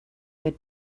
bit